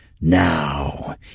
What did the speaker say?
Now